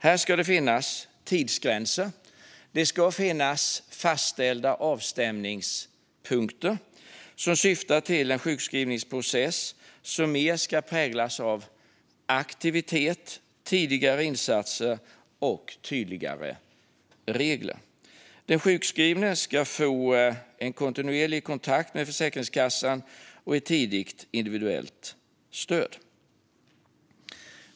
Här ska det finnas tidsgränser och fastställda avstämningspunkter som syftar till en sjukskrivningsprocess som mer ska präglas av aktivitet, tidiga insatser och tydligare regler. Den sjukskrivne ska få en kontinuerlig kontakt med Försäkringskassan och ett tidigt individuellt stöd.